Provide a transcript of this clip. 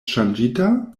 ŝanĝita